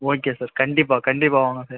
okay sir கண்டிப்பாக கண்டிப்பாக வாங்க சார்